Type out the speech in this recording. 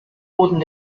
wurden